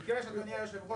ביקש, אדוני היושב ראש.